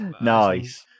Nice